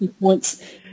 points